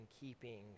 keeping